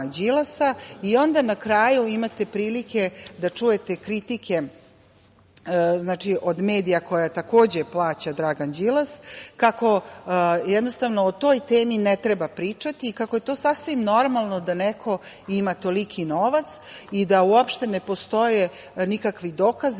i onda na kraju imate prilike da čujete kritike od medija koje takođe plaća Dragan Đilas kako o toj temi ne treba pričati, kako je to sasvim normalno da neko ima toliki novac i da uopšte ne postoje nikakvi dokazi